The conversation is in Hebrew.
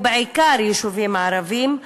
ובעיקר יישובים ערביים,